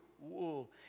wool